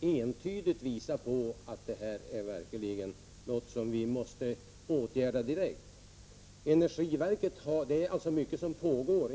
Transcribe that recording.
entydigt visar att det här verkligen är någonting som vi måste åtgärda direkt. Det är alltså mycket som pågår.